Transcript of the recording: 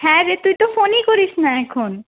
হ্যাঁ রে তুই তো ফোনই করিস না এখন